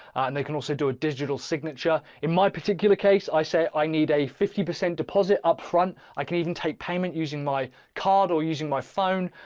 and they can also do a digital signature. in my particular case, i say i need a fifty percent deposit upfront. i can even take payment using my card or using my phone.